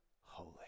holy